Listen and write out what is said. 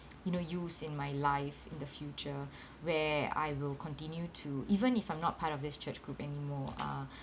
you know use in my life in the future where I will continue to even if I'm not part of this church group anymore uh